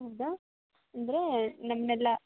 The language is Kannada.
ಹೌದಾ ಅಂದರೆ ನಮ್ಮನ್ನೆಲ್ಲ